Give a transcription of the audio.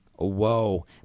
Whoa